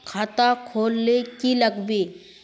खाता खोल ले की लागबे?